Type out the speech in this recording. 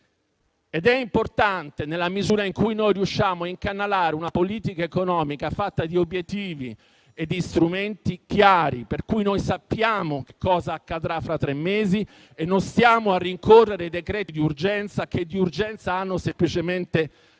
Ed è importante nella misura in cui riusciamo a incanalare una politica economica fatta di obiettivi e di strumenti chiari, per cui sappiamo cosa accadrà fra tre mesi e non stiamo a rincorrere i decreti di urgenza che di urgenza hanno semplicemente gli